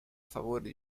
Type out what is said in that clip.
favore